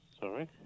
Sorry